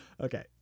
Okay